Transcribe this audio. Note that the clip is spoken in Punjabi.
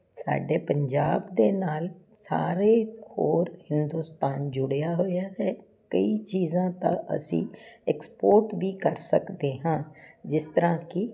ਸਾਡੇ ਪੰਜਾਬ ਦੇ ਨਾਲ ਸਾਰੇ ਹੋਰ ਹਿੰਦੁਸਤਾਨ ਜੁੜਿਆ ਹੋਇਆ ਹੈ ਕਈ ਚੀਜ਼ਾਂ ਤਾਂ ਅਸੀਂ ਐਕਸਪੋਰਟ ਵੀ ਕਰ ਸਕਦੇ ਹਾਂ ਜਿਸ ਤਰ੍ਹਾਂ ਕਿ